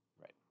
Right